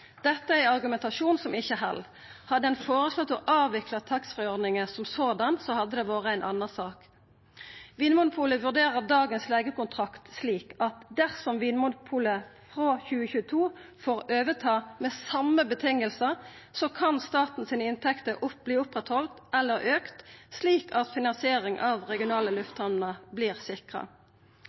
Dette er argumentasjon som ikkje held. Hadde ein føreslått å avvikla taxfree-ordninga, hadde det vore ei anna sak. Vinmonopolet vurderer dagens leigekontrakt slik at dersom Vinmonopolet frå 2022 får overta på same vilkår, kan inntektene til staten verta haldne ved lag eller auka, slik at finansiering av regionale lufthamner vert sikra.